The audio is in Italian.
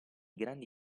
grandi